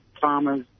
farmers